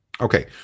Okay